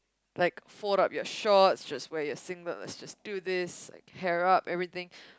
like fold up your shorts just wear your singlet let's just do this like hair up everything